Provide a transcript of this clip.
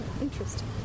Interesting